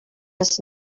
does